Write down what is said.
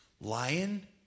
Lion